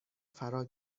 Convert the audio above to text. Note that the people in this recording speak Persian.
فرا